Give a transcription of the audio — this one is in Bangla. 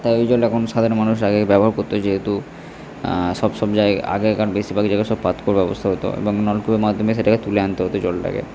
তাই ওই জলটা এখন সাধারণ মানুষ আগে ব্যবহার করত যেহেতু সব সব জায়গা আগেকার বেশিরভাগ জায়গায় সব পাতকুয়োর ব্যবস্থা হতো এবং নলকূপের মাধ্যমে সেটাকে তুলে আনতে হতো জলটাকে